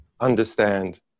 understand